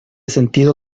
sentido